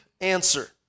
answer